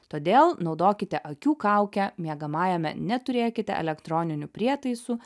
todėl naudokite akių kaukę miegamajame neturėkite elektroninių prietaisų